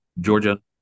Georgia